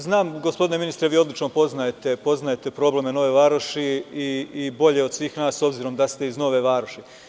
Znam gospodine ministre, vi odlično poznajete probleme Nove Varoši i bolje od svih nas, s obzirom da ste iz Nove Varoši.